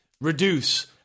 reduce